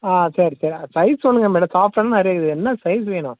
ஆ சரி சரி சைஸ் சொல்லுங்கள் மேடம் சாஃப்ட்டாக நிறையா இருக்குது என்ன சைஸ் வேணும்